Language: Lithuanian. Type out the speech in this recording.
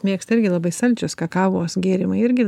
mėgsta irgi labai saldžios kakavos gėrimai irgi